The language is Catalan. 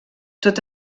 tot